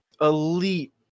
elite